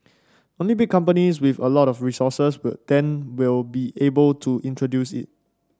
only big companies with a lot of resources well then will be able to introduce it